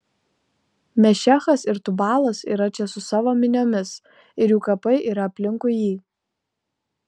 mešechas ir tubalas yra čia su savo miniomis ir jų kapai yra aplinkui jį